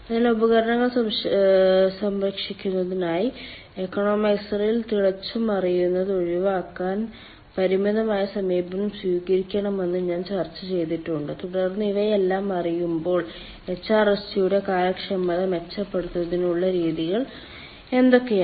അതിനാൽ ഉപകരണങ്ങൾ സംരക്ഷിക്കുന്നതിനായി ഇക്കണോമൈസറിൽ തിളച്ചുമറിയുന്നത് ഒഴിവാക്കാൻ പരിമിതമായ സമീപനം സ്വീകരിക്കണമെന്ന് ഞാൻ ചർച്ച ചെയ്തിട്ടുണ്ട് തുടർന്ന് ഇവയെല്ലാം അറിയുമ്പോൾ എച്ച്ആർഎസ്ജിയുടെ കാര്യക്ഷമത മെച്ചപ്പെടുത്തുന്നതിനുള്ള രീതികൾ എന്തൊക്കെയാണ്